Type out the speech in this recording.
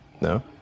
No